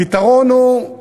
הפתרון הוא,